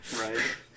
Right